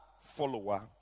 follower